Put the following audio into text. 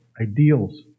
ideals